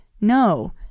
no